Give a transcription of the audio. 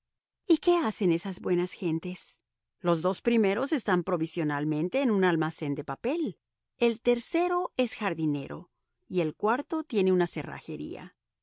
y qué hacen esas buenas gentes los dos primeros están provisionalmente en un almacén de papel el tercero es jardinero y el cuarto tiene una cerrajería